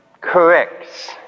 corrects